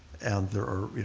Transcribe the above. and there are.